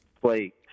play